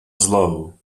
slough